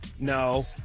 No